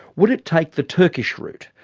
would it take the turkish route,